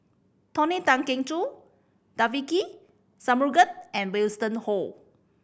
Tony Tan Keng Joo Devagi Sanmugam and Winston Oh